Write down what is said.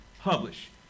publish